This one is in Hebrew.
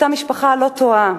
אותה משפחה לא תוהה,